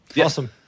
Awesome